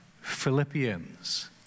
Philippians